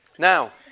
Now